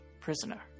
prisoner